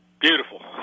beautiful